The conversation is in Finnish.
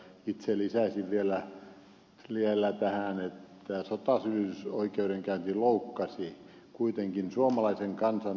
itse lisäisin vielä tähän että sotasyyllisyysoikeudenkäynti loukkasi kuitenkin suomalaisen kansan oikeudentuntoa